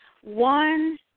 One